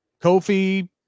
Kofi